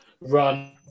run